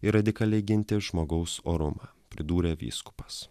ir radikaliai ginti žmogaus orumą pridūrė vyskupas